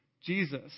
Jesus